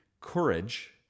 courage